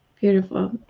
beautiful